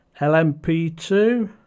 LMP2